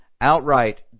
outright